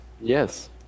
yes